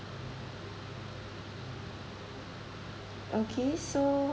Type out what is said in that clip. okay so